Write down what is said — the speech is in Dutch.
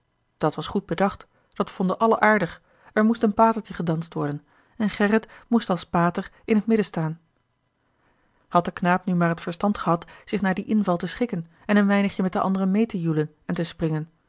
dat was goed bedacht dat vonden allen aardig er moest een patertje gedanst worden en gerrit moest als pater in t midden staan had de knaap nu maar het verstand gehad zich naar dien inval te schikken en een weinigje met de anderen meê te joelen en te springen